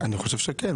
אני חושב שכן.